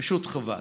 פשוט חבל.